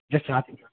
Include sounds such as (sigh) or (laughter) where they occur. (unintelligible)